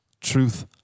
truth